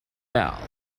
bell